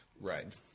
Right